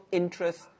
interest